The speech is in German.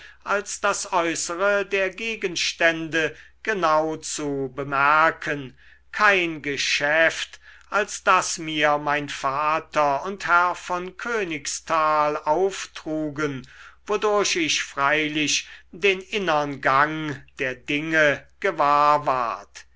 als das äußere der gegenstände genau zu bemerken kein geschäft als das mir mein vater und herr von königsthal auftrugen wodurch ich freilich den innern gang der dinge gewahr ward